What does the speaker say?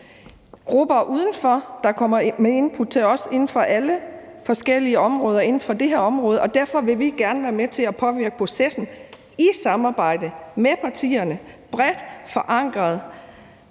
grupper udenfor, der kommer med input til os inden for alle forskellige områder inden for det her område, og derfor vil vi gerne være med at påvirke processen i samarbejde med partierne, bredt forankret,